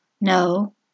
No